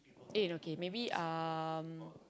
eh no kay maybe um